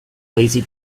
lazy